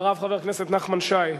אחריו, חבר הכנסת נחמן שי,